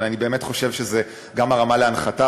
אבל אני באמת חושב שזה גם הרמה להנחתה.